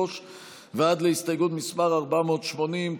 החל מהסתייגות מס' 93 ועד להסתייגות מס' 480,